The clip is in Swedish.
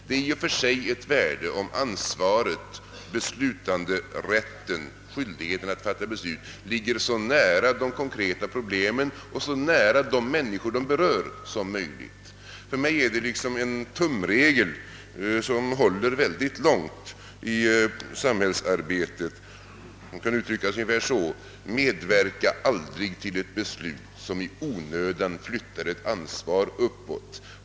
Det är i och för sig av värde att ansvaret, beslutanderätten och skyldigheten att fatta beslut är förlagda så nära de konkreta problemen och de berörda människorna som möjligt. För mig är det en tumregel som håller på många håll i samhällsarbetet och som kan uttryckas ungefär så: Medverka aldrig till ett beslut, som i onödan flyttar ett ansvar uppåt.